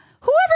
whoever